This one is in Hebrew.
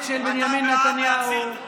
של בנימין נתניהו,